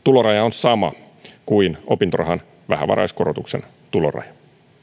sama kuin opintorahan vähävaraiskorotuksen tuloraja